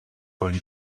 going